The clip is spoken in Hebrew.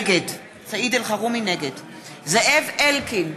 נגד זאב אלקין,